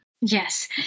Yes